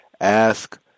Ask